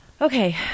Okay